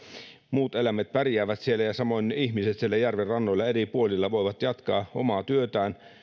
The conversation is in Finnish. muut eläimet pärjäävät siellä samoin ne ihmiset siellä järvenrannoilla eri puolilla voivat jatkaa omaa työtään